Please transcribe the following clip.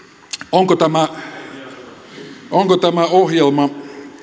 onko tämä ohjelma